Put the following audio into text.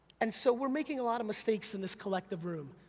and so, we're making a lot of mistakes in this collective room,